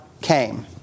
came